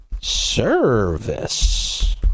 Service